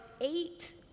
eight